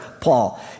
Paul